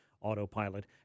autopilot